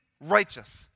righteous